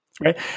right